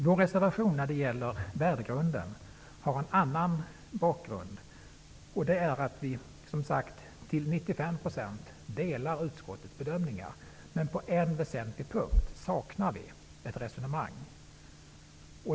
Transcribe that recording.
Vår reservation när det gäller värdegrunden har en annan bakgrund. Vi delar som sagt till 95 % utskottets bedömningar. Men på en väsentlig punkt saknar vi ett resonemang.